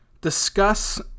discuss